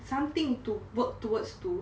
something to work towards to